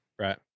Right